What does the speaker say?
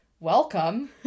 Welcome